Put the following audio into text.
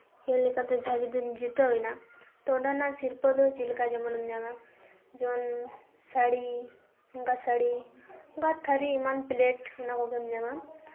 ᱠᱷᱮᱞ ᱞᱮᱠᱟᱛᱮ ᱡᱟᱦᱟᱸᱭ ᱡᱩᱫᱤᱢ ᱡᱤᱛᱟᱹᱣ ᱮᱱᱟ ᱛᱚ ᱚᱸᱰᱮᱱᱟᱜ ᱥᱤᱨᱯᱟᱹ ᱫᱚ ᱪᱮᱫ ᱞᱮᱠᱟ ᱡᱮᱢᱚᱱ ᱮᱢ ᱧᱟᱢᱟ ᱡᱮᱢᱚᱱ ᱥᱟᱹᱲᱤ ᱵᱟ ᱛᱷᱟᱹᱨᱤ ᱮᱢᱟᱱ ᱯᱞᱮᱴ ᱚᱱᱟ ᱠᱚᱜᱮᱢ ᱧᱟᱢᱟ